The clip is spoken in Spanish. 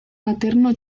materno